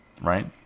right